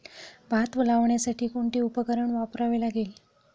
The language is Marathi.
भात लावण्यासाठी कोणते उपकरण वापरावे लागेल?